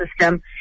system